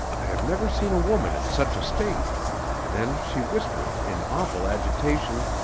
i have never seen a woman in such a state then she whispered in awful agitation,